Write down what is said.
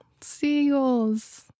Seagulls